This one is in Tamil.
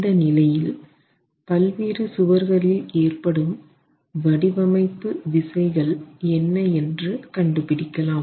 இந்த நிலையில் பல்வேறு சுவர்களில் ஏற்படும் வடிவமைப்பு விசைகள் என்ன என்று கண்டு பிடிக்கலாம்